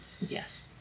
Yes